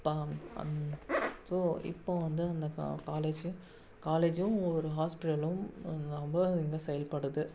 பா அந் ஸோ இப்போது வந்து அந்த கா காலேஜ் காலேஜும் ஒரு ஹாஸ்பிடலும் ரொம்ப இங்கே செயல்படுது